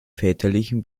väterlichen